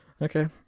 Okay